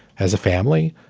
as a family,